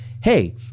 hey